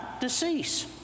decease